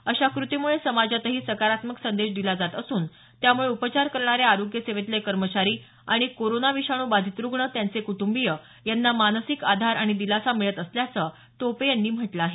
अशा क्रतीम्ळे समाजातही सकारात्मक संदेश दिला जात असून त्यामुळे उपचार करणारे आरोग्य सेवेतले कर्मचारी आणि कोरोना विषाणू बाधित रुग्ण त्यांचे कुटंबिय यांना मानसिक आधार आणि दिलासा मिळत असल्याचं टोपे यांनी म्हटलं आहे